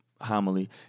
homily